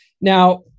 Now